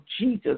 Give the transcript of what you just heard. Jesus